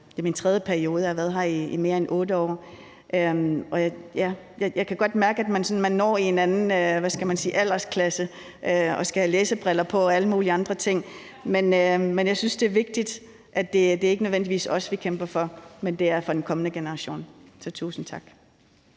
er det min tredje periode i Folketinget, og jeg har været her i mere end 8 år, og jeg kan godt mærke, at man når hen i anden, hvad skal man sige, aldersklasse, og skal have læsebriller på og alle mulige andre ting. Men jeg synes, det er vigtigt, at det ikke nødvendigvis er os, vi kæmper for, men at det er for den kommende generation. Så tusind tak.